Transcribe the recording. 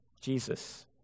Jesus